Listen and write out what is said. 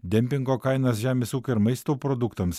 dempingo kainas žemės ūkio ir maisto produktams